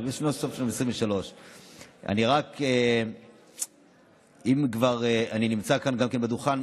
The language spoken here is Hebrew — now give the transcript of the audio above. סוף 2023. אם כבר אני נמצא כאן על הדוכן,